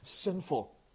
sinful